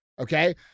okay